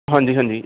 ਹਾਂਜੀ ਹਾਂਜੀ